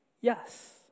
yes